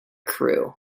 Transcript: crewe